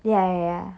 ya ya